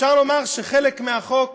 אפשר לומר שחלק מהחוק